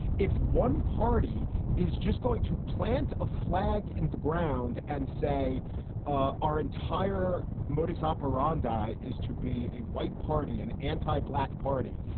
if one party is just going to plant a flag in the ground and say our entire modus operandi is to be a white party and anti black party,